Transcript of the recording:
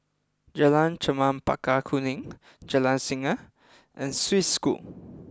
Jalan Chempaka Kuning Jalan Singa and Swiss School